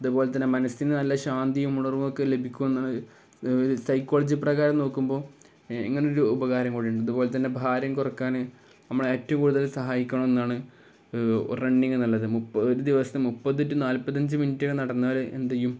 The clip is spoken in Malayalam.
അതുപോലെ തന്നെ മനസ്സിനു നല്ല ശാന്തിയും ഉണർവൊക്കെ ലഭിക്കുന്ന സൈക്കോളജി പ്രകാരം നോക്കുമ്പോള് ഇങ്ങനെയൊരു ഉപകാരം കൂടി ഉണ്ട് അതുപോലെ തന്നെ ഭാരം കുറയ്ക്കാന് നമ്മളെ ഏറ്റവും കൂടുതൽ സഹായിക്കുന്ന ഒന്നാണ് റണ്ണിങ് എന്നുള്ളത് ഒരു ദിവസം മുപ്പത് ടു നാല്പത്തിയഞ്ച് മിനിറ്റ് നടന്നവര് എന്തെയ്യും